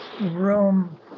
room